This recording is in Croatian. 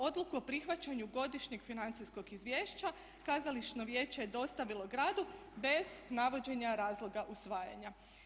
Odluku o prihvaćanju godišnjeg financijskog izvješća kazališno vijeće je dostavilo gradu bez navođenja razloga usvajanja.